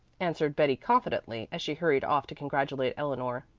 answered betty confidently, as she hurried off to congratulate eleanor.